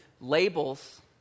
labels